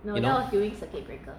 you know